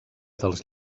dels